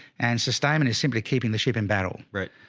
and sustainment is simply keeping the ship in battle, right?